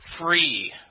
free